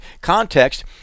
context